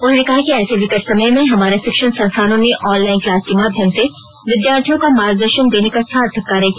उन्होंने कहा कि ऐसे विकट समय में हमारे शिक्षण संस्थानों ने ऑनलाइन क्लास के माध्यम से विद्यार्थियों का मार्गदर्शन देने का सार्थक कार्य किया